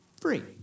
free